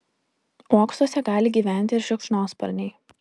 uoksuose gali gyventi ir šikšnosparniai